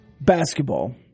basketball